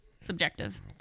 Subjective